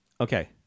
Okay